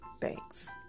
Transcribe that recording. Thanks